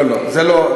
לא לא.